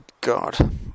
God